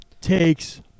takes